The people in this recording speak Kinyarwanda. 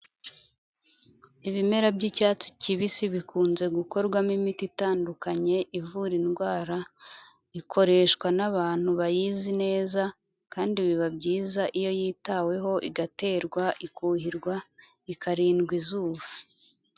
Ibimera by'icyatsi kibisi bikunze gukorwamo imiti itandukanye ivura indwara, ikoreshwa n'abantu bayizi neza kandi biba byiza iyo yitaweho igaterwa ikuhirwa ikarindwa izuba.